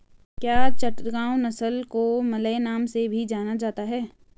क्या चटगांव नस्ल को मलय नाम से भी जाना जाता है?